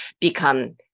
become